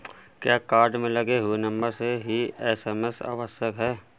क्या कार्ड में लगे हुए नंबर से ही एस.एम.एस आवश्यक है?